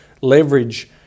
leverage